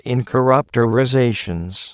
Incorruptorizations